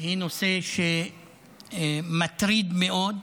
היא נושא מטריד מאוד,